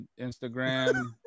Instagram